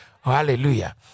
Hallelujah